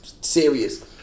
serious